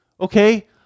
okay